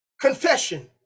confession